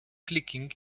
clicking